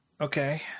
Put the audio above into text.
okay